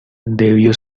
debió